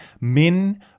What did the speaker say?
min